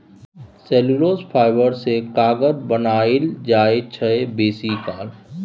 cellulose fibre सँ कागत बनाएल जाइ छै बेसीकाल